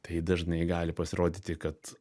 tai dažnai gali pasirodyti kad